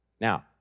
Now